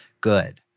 good